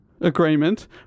agreement